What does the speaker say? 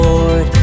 Lord